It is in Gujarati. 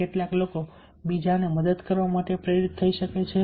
કેટલાક લોકો બીજાને મદદ કરવા માટે પ્રેરિત થઈ શકે છે